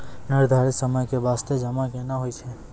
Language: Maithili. निर्धारित समय के बास्ते जमा केना होय छै?